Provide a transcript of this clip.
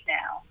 now